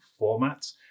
formats